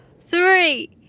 three